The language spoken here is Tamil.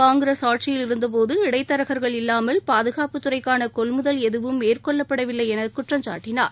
காங்கிரஸ் ஆட்சியில் இருந்த போது இடைத்தரகர்கள் இல்லாமல் பாதுகாப்பு துறைக்கான கொள்முதல் எதுவும் மேற்கொள்ளப்படவில்லை என குற்றம் சாட்டினார்